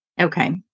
Okay